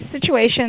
situation